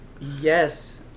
Yes